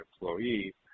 employee